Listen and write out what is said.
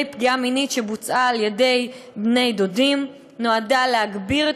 פגיעה מינית שבוצעה על-ידי בני דודים נועדה להגביר את